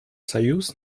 союз